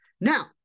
Now